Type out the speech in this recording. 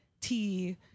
tea